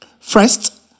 First